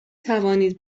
توانید